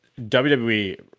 wwe